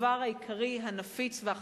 לא מאמצים את האמנה,